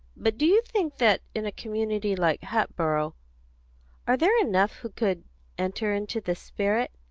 but do you think that in a community like hatboro' are there enough who could enter into the spirit?